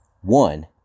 One